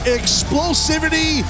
explosivity